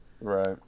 Right